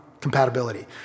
compatibility